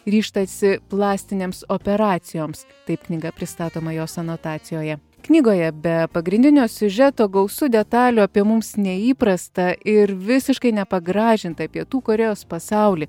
ryžtasi plastinėms operacijoms taip knyga pristatoma jos anotacijoje knygoje be pagrindinio siužeto gausu detalių apie mums neįprastą ir visiškai nepagražintą pietų korėjos pasaulį